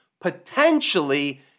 potentially